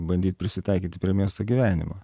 bandyt prisitaikyti prie miesto gyvenimo